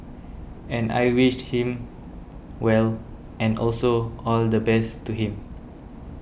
and I wished him well and also all the best to him